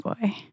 boy